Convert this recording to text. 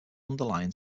underlying